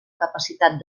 capacitat